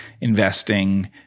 investing